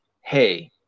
Hey